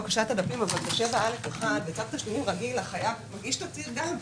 צו תשלומים רגיל, החייב גם מגיש תצהיר.